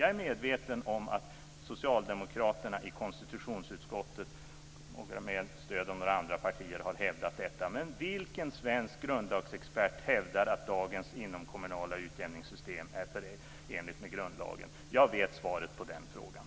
Jag är medveten om att socialdemokraterna i konstitutionsutskottet med stöd av några andra partier har hävdat detta. Men vilken svensk grundlagsexpert hävdar att dagens inomkommunala utjämningssystem är förenligt med grundlagen? Jag vet svaret på den frågan.